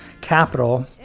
capital